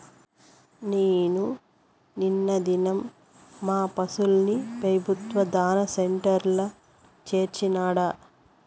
నేను నిన్న దినం మా పశుల్ని పెబుత్వ దాణా సెంటర్ల చేర్చినాడ